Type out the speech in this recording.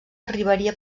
arribaria